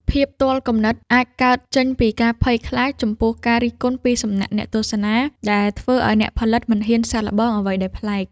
ភាពទាល់គំនិតអាចកើតចេញពីការភ័យខ្លាចចំពោះការរិះគន់ពីសំណាក់អ្នកទស្សនា ដែលធ្វើឱ្យអ្នកផលិតមិនហ៊ានសាកល្បងអ្វីដែលប្លែក។